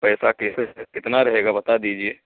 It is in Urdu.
پیسہ کس کتنا رہے گا بتا دیجیے